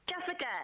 Jessica